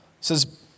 says